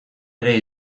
ere